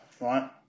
right